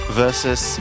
versus